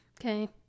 Okay